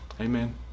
Amen